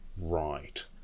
right